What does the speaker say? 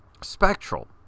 spectral